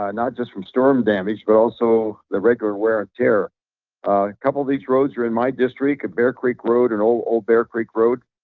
ah not just from storm damage, but also the regular wear and ah tear. a couple of these roads are in my district, bear creek road and old bear creek road.